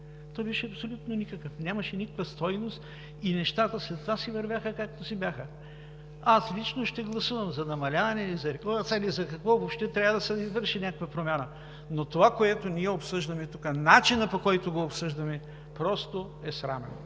Той беше абсолютно никакъв. Нямаше никаква стойност и нещата след това си вървяха както си бяха. Аз лично ще гласувам за намаляване или за каквото и да е, въобще трябва да се извърши някаква промяна. Но това, което ние обсъждаме тук, начинът, по който го обсъждаме, просто е срамно.